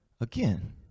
again